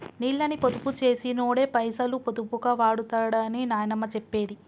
నీళ్ళని పొదుపు చేసినోడే పైసలు పొదుపుగా వాడుతడని నాయనమ్మ చెప్పేది